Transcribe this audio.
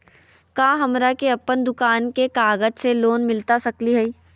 का हमरा के अपन दुकान के कागज से लोन मिलता सकली हई?